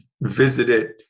visited